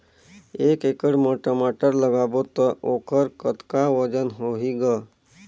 एक एकड़ म टमाटर लगाबो तो ओकर कतका वजन होही ग?